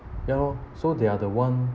ya lor so they are the one